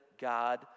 God